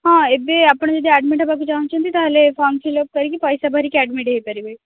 ହଁ ଏବେ ଆପଣ ଯଦି ଆଡମିଟ୍ ହେବାକୁ ଚାହୁଁଛନ୍ତି ତାହେଲେ ଫର୍ମ୍ ଫିଲଅପ୍ କରିକି ପଇସା ଭରିକି ଆଡମିଟ୍ ହୋଇପାରିବେ